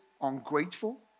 ungrateful